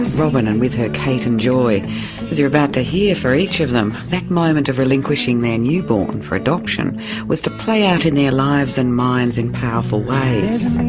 robyn, and with her kate and joy. as you're about to hear, for each of them, that moment of relinquishing their newborn for adoption was to play out in their lives and minds in powerful ways.